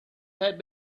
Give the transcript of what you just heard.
had